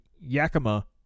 Yakima